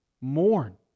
mourn